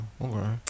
okay